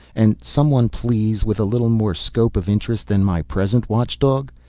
and someone, please, with a little more scope of interest than my present watchdog.